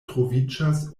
troviĝas